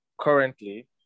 currently